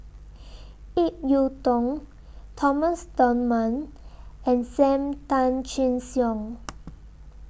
Ip Yiu Tung Thomas Dunman and SAM Tan Chin Siong